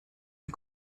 die